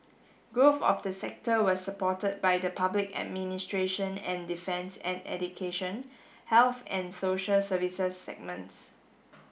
growth of the sector was supported by the public administration and defence and education health and social services segments